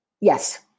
Yes